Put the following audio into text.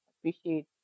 Appreciate